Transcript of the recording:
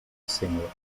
senhor